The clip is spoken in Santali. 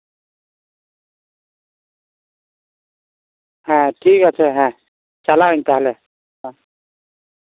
ᱦᱮᱸ ᱴᱷᱤᱠ ᱟᱪᱷᱮ ᱦᱮᱸ ᱪᱟᱞᱟᱜᱼᱟᱹᱧ ᱛᱟᱦᱚᱞᱮ